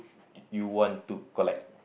you want to collect